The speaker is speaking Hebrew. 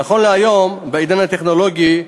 נכון להיום, בעידן הטכנולוגי,